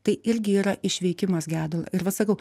tai irgi yra išvykimas gedulo ir va sakau